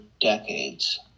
decades